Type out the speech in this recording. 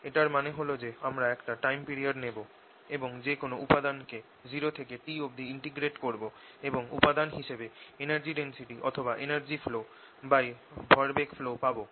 এটার মানে হল যে আমরা একটা টাইম পিরিয়ড নেব এবং যে কোন উপাদান কে 0 থেকে t অবধি ইন্টিগ্রেট করব এবং উপাদান হিসেবে এনার্জি ডেন্সিটি অথবা এনার্জি ফ্লো ভরবেগ ফ্লো পাবো